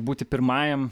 būti pirmajam